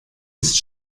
ist